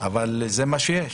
אבל זה מה שיש.